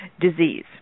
disease